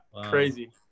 crazy